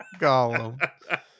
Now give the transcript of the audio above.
Gollum